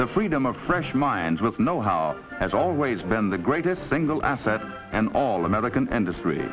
the freedom of fresh minds with know how has always been the greatest single asset and all american and